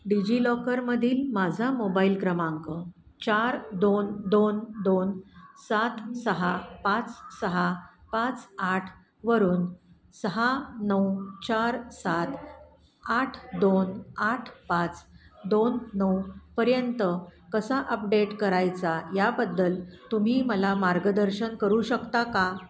डिजिलॉकरमधील माझा मोबाईल क्रमांक चार दोन दोन दोन सात सहा पाच सहा पाच आठ वरून सहा नऊ चार सात आठ दोन आठ पाच दोन नऊपर्यंत कसा अपडेट करायचा याबद्दल तुम्ही मला मार्गदर्शन करू शकता का